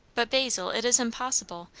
but, basil, it is impossible.